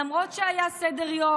למרות שהיה סדר-יום.